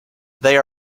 they